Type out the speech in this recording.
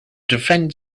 defend